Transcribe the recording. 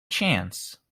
chance